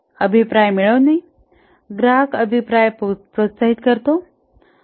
अभिप्राय मिळवा ग्राहक अभिप्राय प्रोत्साहित करतो